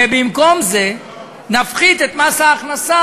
ובמקום זה נפחית את מס ההכנסה